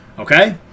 Okay